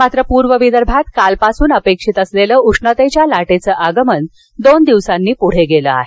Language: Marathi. मात्र पूर्व विदर्भात कालपासून अपेक्षित असलेलं उष्णतेच्या लाटेचं आगमन दोन दिवसांनी पुढे गेलं आहे